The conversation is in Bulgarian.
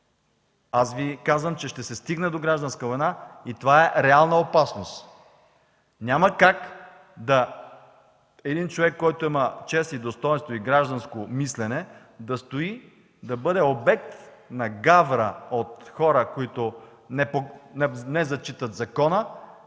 Аз Ви казвам, че ще се стигне до гражданска война и това е реална опасност. Няма как един човек, който има чест, достойнство и гражданско мислене, да стои и да бъде обект на гавра от хора, които не зачитат закона,